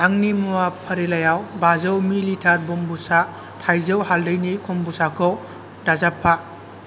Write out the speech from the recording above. आंनि मुवा फारिलाइयाव बाजौ मिलिटार ब'म्बुचा थाइजौ हालदैनि क'मबुचाखौ दाजाबफा